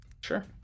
Sure